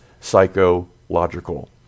psychological